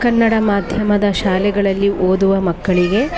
ಕನ್ನಡ ಮಾಧ್ಯಮದ ಶಾಲೆಗಳಲ್ಲಿ ಓದುವ ಮಕ್ಕಳಿಗೆ